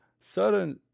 certain